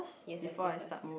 yes I save first